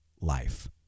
life